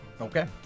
Okay